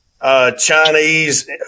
Chinese